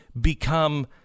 become